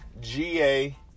GA